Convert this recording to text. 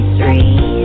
three